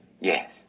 Yes